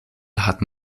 hat